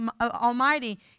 Almighty